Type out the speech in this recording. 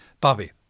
Bobby